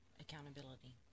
accountability